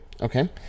okay